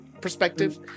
perspective